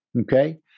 Okay